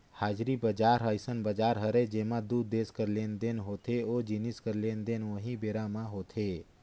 हाजिरी बजार ह अइसन बजार हरय जेंमा दू देस कर लेन देन होथे ओ जिनिस कर लेन देन उहीं बेरा म होथे